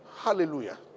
Hallelujah